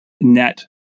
net